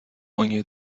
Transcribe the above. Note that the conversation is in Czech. oni